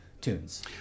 tunes